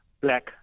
black